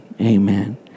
amen